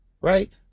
Right